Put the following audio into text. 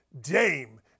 Dame